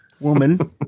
woman